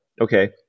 okay